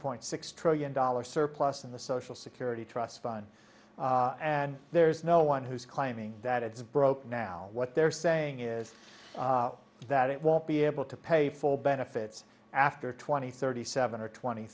point six trillion dollars surplus in the social security trust fund and there's no one who's claiming that it's broke now what they're saying is that it won't be able to pay full benefits after twenty thirty seven or twenty